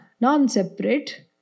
non-separate